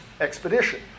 expedition